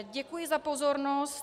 Děkuji za pozornost.